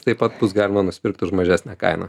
taip pat bus galima nusipirkti už mažesnę kainą